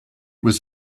was